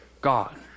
God